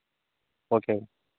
okay